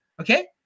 Okay